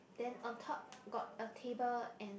then on top got a table and